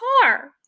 car